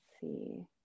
see